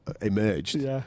emerged